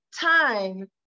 time